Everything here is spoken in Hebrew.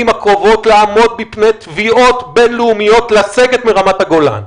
הקרובות לעמוד בפני תביעות בינלאומיות לסגת מרמת-הגולן.